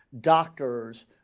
doctors